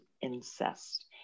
incest